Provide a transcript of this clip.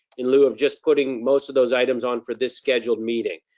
in lieu of just putting most of those items on for this scheduled meeting.